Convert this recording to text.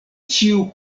ĉiu